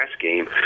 game